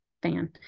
fan